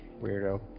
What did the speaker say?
Weirdo